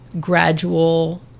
gradual